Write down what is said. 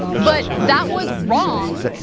but that was wrong.